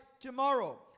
tomorrow